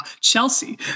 Chelsea